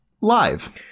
live